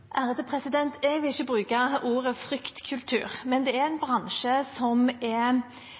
Jeg vil ikke bruke ordet fryktkultur, men det er en bransje som er